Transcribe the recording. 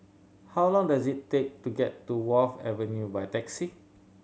how long does it take to get to Wharf Avenue by taxi